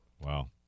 Wow